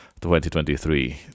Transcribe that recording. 2023